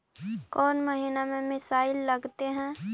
कौन महीना में मिसाइल लगते हैं?